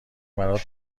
برات